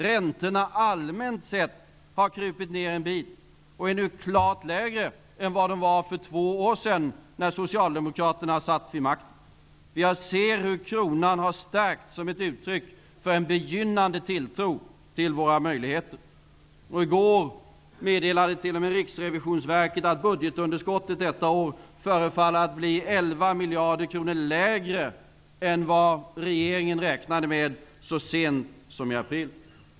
Räntorna har allmänt sett krupit ned en bit och är nu klart lägre än vad de var för två år sedan när Socialdemokraterna satt vid makten. Vi har sett hur kronan har stärkts som ett uttryck för en begynnande tilltro till våra möjligheter. I går meddelade t.o.m. Riksrevisionsverket att budgetunderskottet detta år förefaller att bli 11 miljarder lägre än vad regeringen räknade med så sent som i april.